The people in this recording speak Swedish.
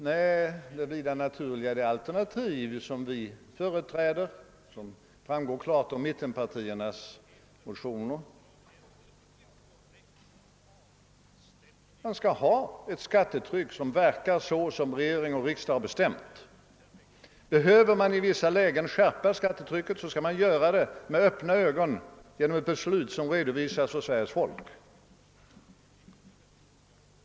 Nej, det vida naturligare är det alternativ som vi företräder och som klart framgår av mittenpartiernas motioner. Man skall ha ett skattetryck som motsvarar vad regering och riksdag har bestämt. Behöver man i vissa lägen skärpa skattetrycket skall man göra det med öppna ögon genom ett beslut som redovisas för Sveriges folk.